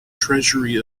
treasury